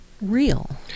real